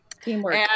Teamwork